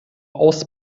aus